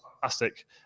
fantastic